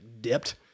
dipped